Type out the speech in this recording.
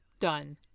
Done